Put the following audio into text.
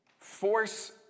Force